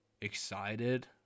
excited